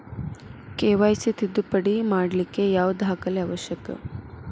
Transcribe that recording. KYC ತಿದ್ದುಪಡಿ ಮಾಡ್ಲಿಕ್ಕೆ ಯಾವ ದಾಖಲೆ ಅವಶ್ಯಕ?